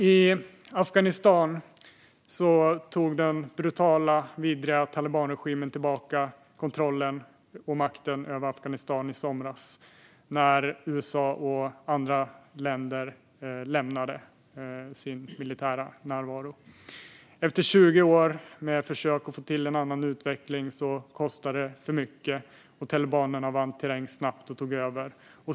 I Afghanistan tog den brutala och vidriga talibanregimen tillbaka kontrollen och makten i somras när USA och andra länder upphörde med sin militära närvaro. Efter 20 år av försök att få till en annan utveckling kostade det för mycket. Talibanerna vann snabbt terräng och tog över.